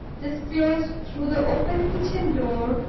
disclosed through the open kitchen door,